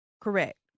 Correct